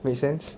make sense